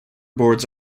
boards